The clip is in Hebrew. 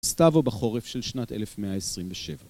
סתיו או בחורף של שנת 1127